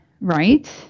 Right